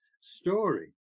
story